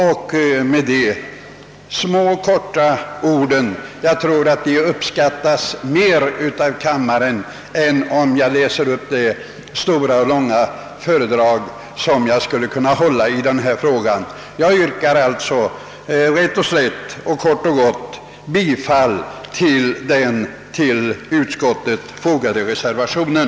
Jag tror att detta korta inlägg uppskattas mer av kammaren än om jag läser upp det stora och långa föredrag, som jag skulle kunna hålla i denna fråga, och jag yrkar alltså, herr talman, rätt och slätt och kort och gott bifall till den vid utskottsutlåtandet fogade reservationen.